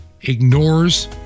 ignores